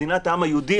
מדינת העם היהודי,